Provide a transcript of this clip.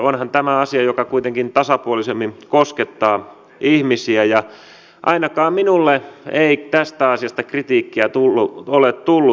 onhan tämä asia joka kuitenkin tasapuolisemmin koskettaa ihmisiä ja ainakaan minulle ei tästä asiasta kritiikkiä ole tullut